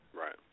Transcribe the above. Right